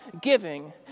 giving